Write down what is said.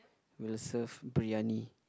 will serve briyani